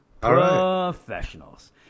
Professionals